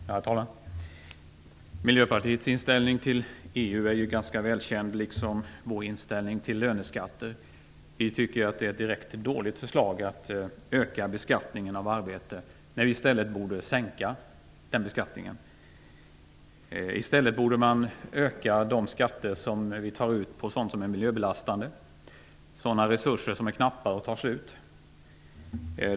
Herr talman! Miljöpartiets inställning till EU är ganska väl känd liksom vår inställning till löneskatter. Vi tycker att det är ett direkt dåligt förslag att öka beskattningen av arbete, när vi i stället borde sänka denna beskattning. I stället borde skatterna höjas på sådant som är miljöbelastande, resurser som är knappa och tar slut.